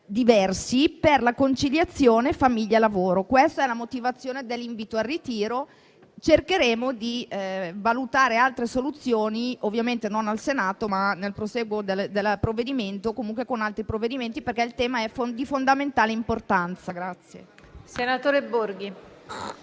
diversi per la conciliazione famiglia-lavoro. Questa è la motivazione dell'invito al ritiro. Cercheremo di valutare altre soluzioni, ovviamente non al Senato, ma nel prosieguo dell'*iter* del provvedimento o con altri provvedimenti, perché il tema è di fondamentale importanza. [BORGHI